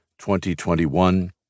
2021